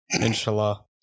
Inshallah